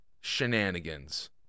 shenanigans